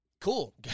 Cool